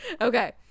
Okay